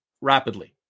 rapidly